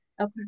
okay